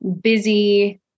busy